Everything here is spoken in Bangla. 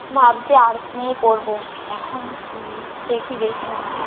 ভাবছি আর্টস নিয়ে পড়বো এখন দেখি বেশি নাম্বার